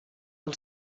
del